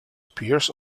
appears